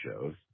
shows